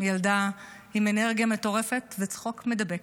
היא ילדה עם אנרגיה מטורפת וצחוק מידבק.